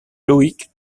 loïc